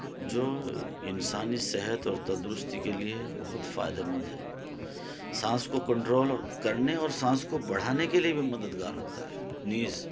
جو انسانی صحت اور تندرستی کے لئے بہت فائدے مند ہے سانس کو کنٹرول کرنے اور سانس کو بڑھانے کے لئے بھی مددگار ہوتا ہے نیز